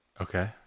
Okay